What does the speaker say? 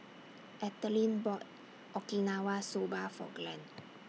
Ethelene bought Okinawa Soba For Glen